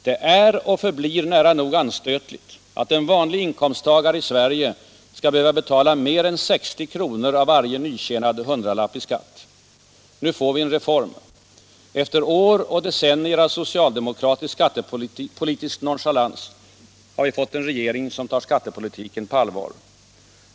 Det är och förblir nära nog anstötligt, att en vanlig inkomsttagare i Sverige skall behöva betala mer än 60 kronor av varje nyförtjänad hundralapp i skatt. Nu får vi en reform. Efter år och decennier av socialdemokratisk skattepolitisk nonchalans har vi fått en regering som tar skattepolitiken på allvar.